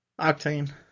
Octane